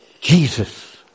Jesus